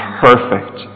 perfect